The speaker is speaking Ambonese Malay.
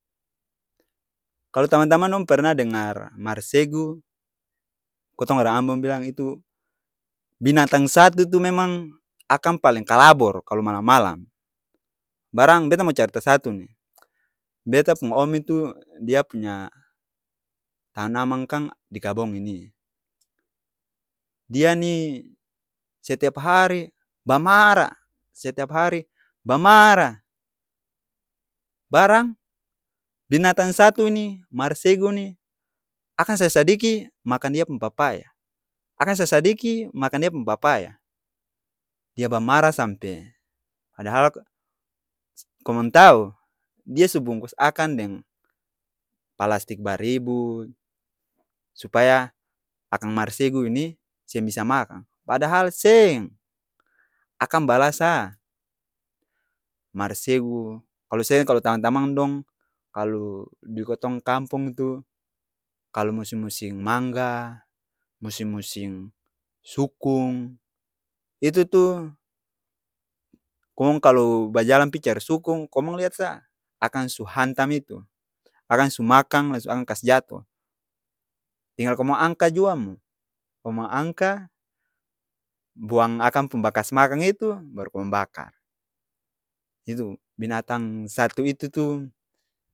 Kalo tamang-tamang dong pernah dengar marsegu, kotong orang ambon bilang itu binatang satu tu memang akang paleng kalabor kalo malam-malam. Barang beta mo carita satu ni. Beta pung om itu dia punya tanamang kang di kabong ini. Dia ni setiap hari bamarah, barang binatang satu ni, marsegu ni akang sasadiki makang dia pung papaya. Akang sasadiki makang dia pung papaya. Dia bamarah sampe. Padahal komong tau, dia su bungkus akang deng palastik baribut, supaya akang marsegu ini seng bisa makang. Padahal seng, akang bala sa. Marsegu, kalo seng kalo tamang-tamang dong kalu di kotong kampung itu kalo musim-musim mangga, musim-musim sukung, itu tu komong kalo pi bajalang cari sukung komong liat sa, akang su hantam itu. Akang su makang la su angka kas jato. Tinggal komong angka jua mo. Komong angka, buang akang pung bakas makang itu, baru kamong bakar. Itu binatang satu itu tu